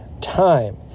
time